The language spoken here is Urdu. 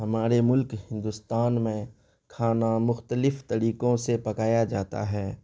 ہمارے ملک ہندوستان میں کھانا مختلف طریکوں سے پکایا جاتا ہے